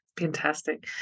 Fantastic